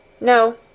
No